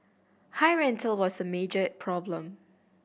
high rental was a major problem